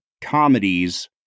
comedies